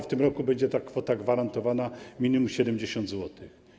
W tym roku będzie kwota gwarantowana minimum 70 zł.